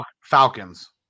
Falcons